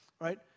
right